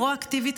פרואקטיבית,